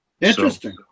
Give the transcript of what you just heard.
Interesting